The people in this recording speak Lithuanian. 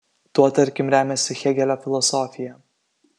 tuo tarkim remiasi hėgelio filosofija